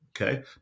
okay